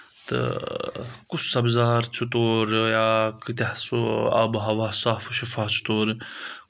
تہٕ کُس سبزار چھُ تور یا کۭتیاہ سُہ آبہٕ ہا صاف شفاف چھُ تورٕ